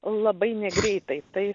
labai negreitai tai